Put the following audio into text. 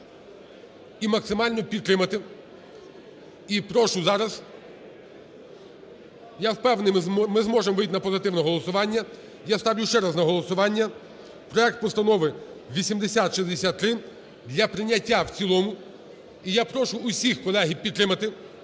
і максимально підтримати. І прошу зараз, я впевнений, ми зможемо вийти на позитивне голосування, я ставлю ще раз на голосування проект постанови 8063 для прийняття в цілому. І я прошу усіх, колеги, підтримати